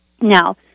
Now